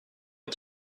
est